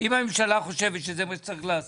אם הממשלה חושבת שזה מה שצריך לעשות,